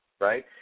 right